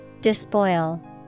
Despoil